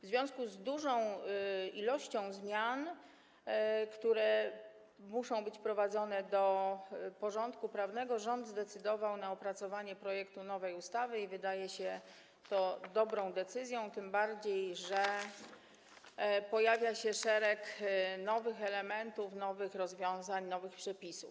W związku z dużą ilością zmian, które muszą być wprowadzone do porządku prawnego, rząd zdecydował się na opracowanie projektu nowej ustawy i wydaje się to dobrą decyzją, tym bardziej że pojawia się szereg nowych elementów, nowych rozwiązań, nowych przepisów.